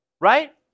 right